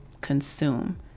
consume